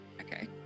Okay